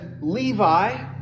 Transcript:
Levi